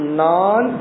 non